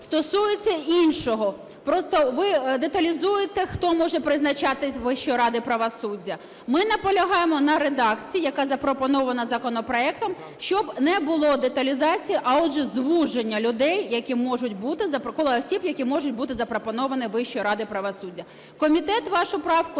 стосується іншого. Просто ви деталізуєте, хто може призначатись Вищою радою правосуддя. Ми наполягаємо на редакції, яка запропонована законопроектом, щоб не було деталізації, а отже, звуження людей, які можуть бути, кола осіб, які можуть бути запропоновані Вищою радою правосуддя. Комітет вашу правку